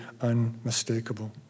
unmistakable